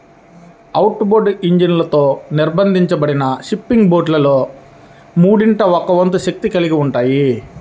outboard ఇంజన్లతో నిర్బంధించబడిన fishing బోట్లలో మూడింట ఒక వంతు శక్తిని కలిగి ఉంటాయి